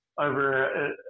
over